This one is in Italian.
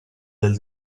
del